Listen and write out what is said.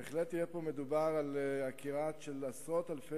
בהחלט יהיה מדובר פה על עקירה של עשרות אלפי